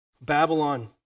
Babylon